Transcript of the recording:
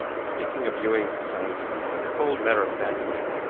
speaking of ewing's dishonesty in a cold, matter-of-fact way,